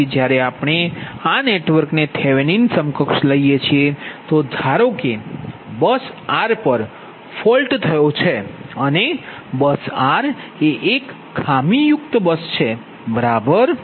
તેથી જ્યારે આપણે આ નેટવર્કને થેવેનિન સમકક્ષ લઈએ છીએ તો ધારો કે બસ r પર ફોલ્ટ થયો છે અને બસ r એ એક ખામી યુક્ત બસ છે બરાબર